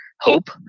hope